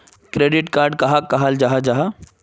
Credit card कहाक कहाल जाहा जाहा?